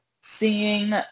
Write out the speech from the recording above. seeing